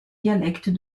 dialectes